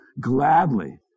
gladly